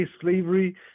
slavery